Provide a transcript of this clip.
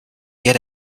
get